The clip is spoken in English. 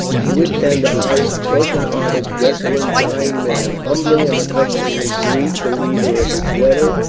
to which end i, a broken hearted, desolate, dying man, humbly and affectionately greet the reader of this letter,